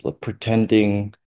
pretending